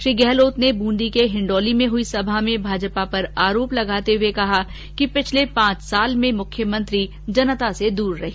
श्री गहलोत ने ब्रंदी के हिंडौली में हुई सभा में भाजपा पर आरोप लगाते हुए कहा कि पिछले पांच साल में मुख्यमंत्री जनता से दूर रहीं